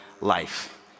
life